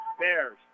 Bears